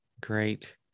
Great